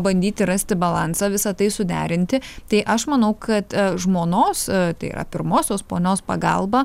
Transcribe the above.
bandyti rasti balansą visa tai suderinti tai aš manau kad žmonos tai yra pirmosios ponios pagalba